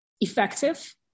effective